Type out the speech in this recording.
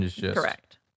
Correct